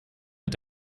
mit